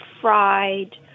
fried